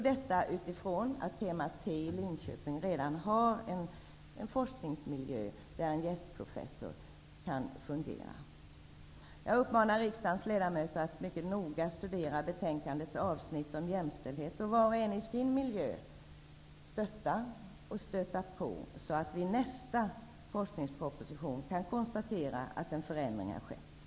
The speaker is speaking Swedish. Detta görs eftersom Tema T i Linköping redan har en forskningsmiljö där en gästprofessor kan fungera. Jag uppmanar riksdagens ledamöter att mycket noga studera betänkandets avsnitt om jämställdhet och att var och en i sin miljö skall stötta och stöta på så att vi i nästa forskningsproposition kan konstatera att en förändring har skett.